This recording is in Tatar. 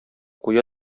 куя